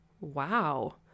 Wow